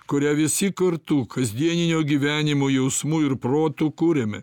kurią visi kartu kasdieninio gyvenimo jausmu ir protu kuriame